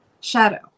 shadow